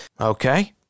okay